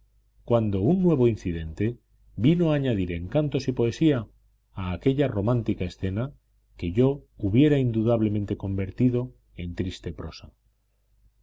cuando un nuevo incidente vino a añadir encantos y poesía a aquella romántica escena que yo hubiera indudablemente convertido en triste prosa